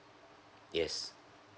yes